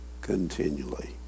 continually